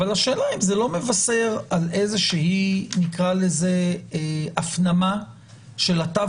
אבל השאלה אם זה לא מבשר על איזושהי הפנמה של התו